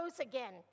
again